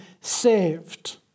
saved